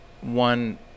one